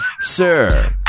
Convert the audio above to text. Sir